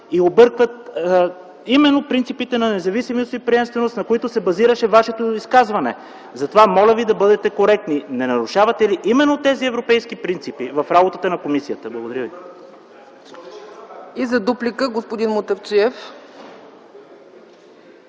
и объркват именно принципите на независимост и приемственост, на които се базираше Вашето изказване. Затова моля Ви да бъдете коректни. Не нарушавате ли именно тези европейски принципи в работата на комисията? Благодаря.